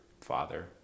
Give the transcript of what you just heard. Father